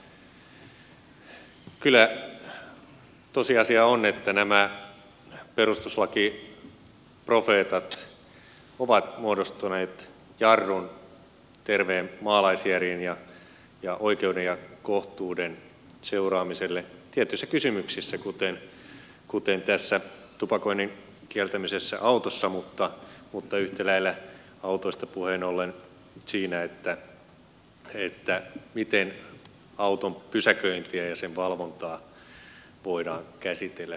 kyllä tosiasia on että nämä perustuslakiprofeetat ovat muodostaneet jarrun terveen maalaisjärjen ja oikeuden ja kohtuuden seuraamiselle tietyissä kysymyksissä kuten tässä tupakoinnin kieltämisessä autossa mutta yhtä lailla autoista puheen ollen siinä miten auton pysäköintiä ja sen valvontaa voidaan käsitellä suomalaisessa oikeusjärjestelmässä